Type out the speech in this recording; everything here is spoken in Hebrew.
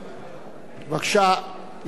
מכובדי, יושב-ראש ועדת הכספים.